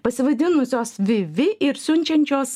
pasivadinusios vi vi ir siunčiančios